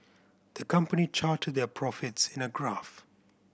the company charted their profits in a graph